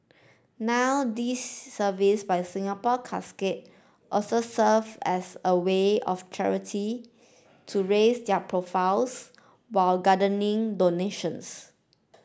now this service by Singapore Casket also serves as a way of charity to raise their profiles while garnering donations